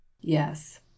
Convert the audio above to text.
Yes